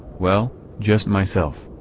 well, just myself.